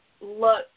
look